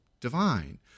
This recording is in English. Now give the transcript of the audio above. Divine